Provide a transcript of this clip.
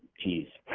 cheese